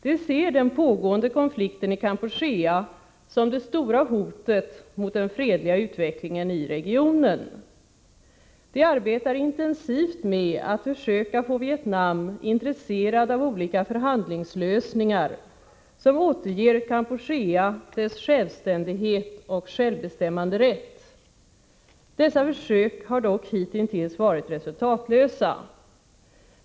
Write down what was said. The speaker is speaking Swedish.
De ser den pågående konflikten i Kampuchea som det stora hotet mot den fredliga utvecklingen i regionen. De arbetar intensivt med att försöka få Vietnam intresserat av olika förhandlingslösningar som återger Kampuchea dess självständighet och självbestämmanderätt. Dessa försök har dock hitintills varit resultatlösa.